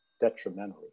detrimentally